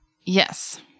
Yes